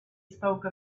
spoke